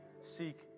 seek